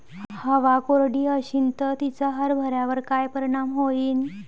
हवा कोरडी अशीन त तिचा हरभऱ्यावर काय परिणाम होईन?